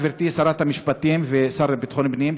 גברתי שרת המשפטים והשר לביטחון פנים,